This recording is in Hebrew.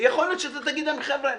ויכול להיות שאתה תגיד להם: חבר'ה,